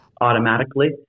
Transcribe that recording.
automatically